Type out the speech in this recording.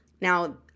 Now